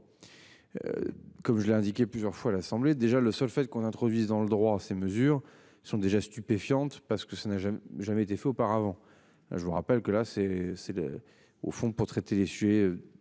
Comme je l'ai indiqué plusieurs fois à l'Assemblée. Déjà le seul fait qu'on introduise dans le droit. Ces mesures sont déjà stupéfiante parce que ça n'a jamais, jamais été fait auparavant hein. Je vous rappelle que la c'est c'est le au fond pour traiter les sujets